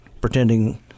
pretending